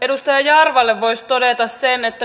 edustaja jarvalle voisi todeta